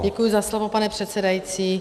Děkuji za slovo, pane předsedající.